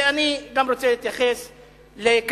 ואני גם רוצה להתייחס לקדימה.